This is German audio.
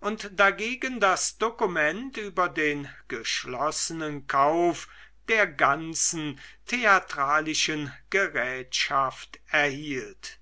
und dagegen das dokument über den geschlossenen kauf der ganzen theatralischen gerätschaft erhielt